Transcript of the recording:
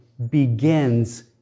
begins